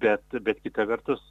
bet bet kita vertus